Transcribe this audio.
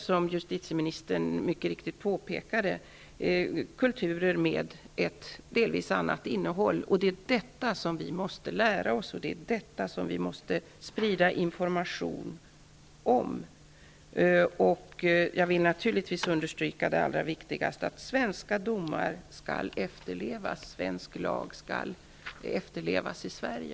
Som justitieministern mycket riktigt påpekade är det i dessa fall fråga om kulturer med ett delvis annat innehåll, och det är detta vi måste lära oss och sprida information om. Jag vill naturligtvis understryka det allra viktigaste, nämligen att svenska domar skall efterlevas, att svensk lag skall efterlevas i Sverige.